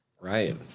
Right